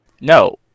No